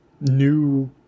new